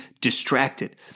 distracted